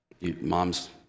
Mom's